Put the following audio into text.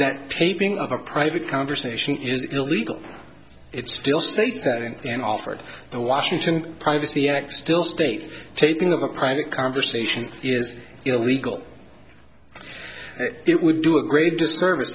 that taping of a private conversation is illegal it still states that in and offered the washington privacy act still states taking of a private conversation is illegal it would do a great disservice